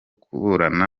kuburana